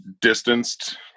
distanced